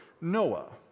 Noah